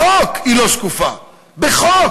בחוק היא לא שקופה, בחוק.